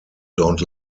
don’t